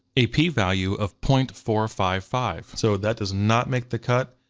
a p-value of point four five five so that does not make the cut,